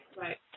Right